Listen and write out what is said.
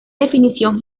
definición